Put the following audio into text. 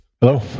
Hello